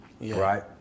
right